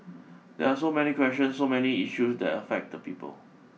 there are so many questions so many issues that affect the people